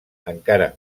encara